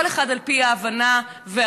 כל אחד על פי ההבנה והרצון.